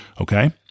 Okay